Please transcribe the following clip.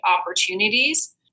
opportunities